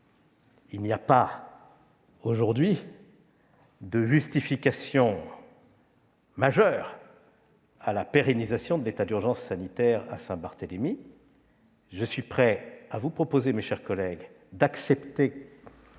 Il n'y a pas, aujourd'hui, de justification majeure à la pérennisation de l'état d'urgence sanitaire dans ce territoire. Je suis prêt à vous proposer, mes chers collègues, d'accepter